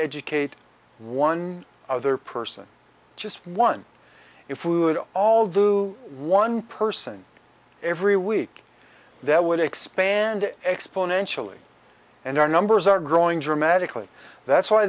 educate one other person just one if we would all do one person every week that would expand exponentially and our numbers are growing dramatically that's why